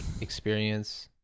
experience